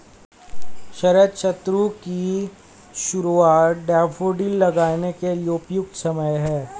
शरद ऋतु की शुरुआत डैफोडिल लगाने के लिए उपयुक्त समय है